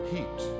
Heat